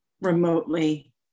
remotely